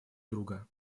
друга